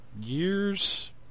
Years